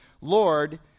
Lord